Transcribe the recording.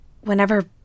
Whenever